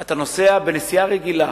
אתה נוסע, בנסיעה רגילה,